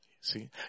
See